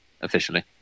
officially